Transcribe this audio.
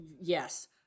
Yes